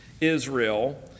Israel